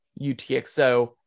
UTXO